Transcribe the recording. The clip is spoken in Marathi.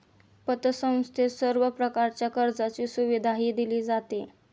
पतसंस्थेत सर्व प्रकारच्या कर्जाची सुविधाही दिली जाते